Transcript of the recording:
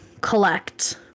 collect